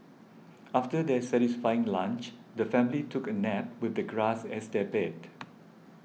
after their satisfying lunch the family took a nap with the grass as their bed